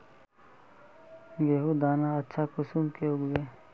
गेहूँर दाना अच्छा कुंसम के उगबे?